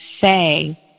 say